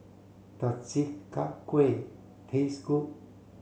does Chi Kak Kuih taste good